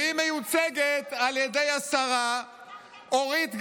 והיא מיוצגת על ידי השרה אורית גלאון,